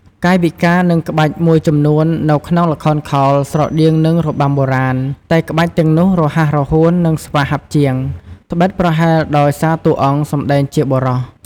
កាយវិការនិងក្បាច់មួយចំនួននៅក្នុងល្ខោនខោលស្រដៀងនឹងរបាំបុរាណ តែក្បាច់ទាំងនោះរហ័សរហួននិងស្វាហាប់ជាង ដ្បិតប្រហែលដោយសារតួអង្គសម្ដែងជាបុរស។